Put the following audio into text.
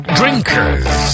drinkers